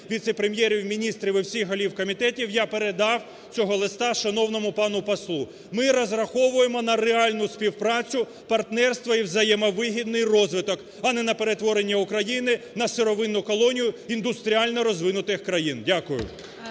віце-прем'єрів, міністрів і всіх голів комітетів, я передав цього листа шановному пану послу. Ми розраховуємо на реальну співпрацю, партнерство і взаємовигідний розвиток, а не на перетворення України на сировинну колонію індустріально розвинутих країн. Дякую.